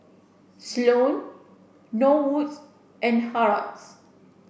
Sloane Norwoods and Harolds